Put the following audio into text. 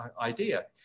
idea